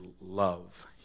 love